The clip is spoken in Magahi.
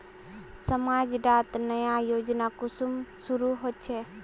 समाज डात नया योजना कुंसम शुरू होछै?